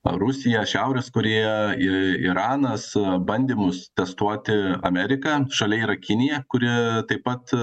rusija šiaurės korėja i iranas bandymus testuoti ameriką šalia yra kinija kuri taip pat